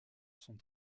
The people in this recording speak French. son